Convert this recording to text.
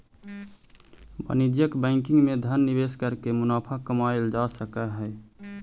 वाणिज्यिक बैंकिंग में धन निवेश करके मुनाफा कमाएल जा सकऽ हइ